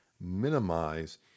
minimize